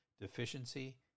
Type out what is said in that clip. Deficiency